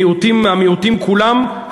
מיעוטים מהמיעוטים כולם,